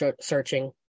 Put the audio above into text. searching